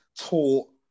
taught